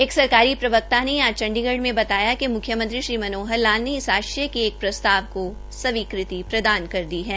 एक सरकारी प्रवक्ता ने आज चंडीगढ में बताया कि म्ख्यमंत्री श्री मनोहर लाल ने इस आशय के एक प्रस्ताव को स्वीकृति प्रदान कर दी है